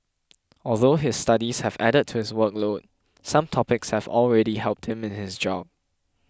although his studies have added to his workload some topics have already helped him in his job